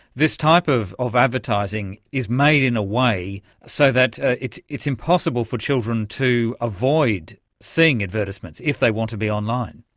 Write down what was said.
this type of of advertising is made in a way so that it's it's impossible for children to avoid seeing advertisements if they want to be online.